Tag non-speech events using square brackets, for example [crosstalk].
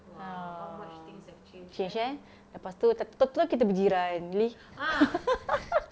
ya changed eh lepas tu to~ to~ to~ to~ kita berjiran really [laughs]